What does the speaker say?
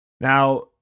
Now